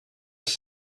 have